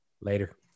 Later